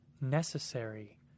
necessary